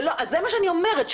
אז זה מה שאני אומרת,